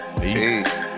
Peace